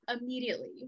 immediately